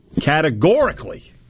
Categorically